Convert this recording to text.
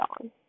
on